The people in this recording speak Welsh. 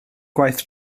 gwaith